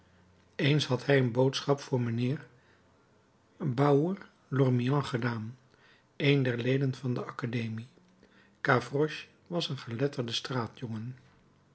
eens had hij een boodschap voor mijnheer baour lormian gedaan een der leden van de academie gavroche was een geletterde